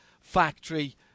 factory